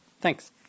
Thanks